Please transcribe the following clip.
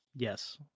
Yes